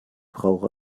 brauche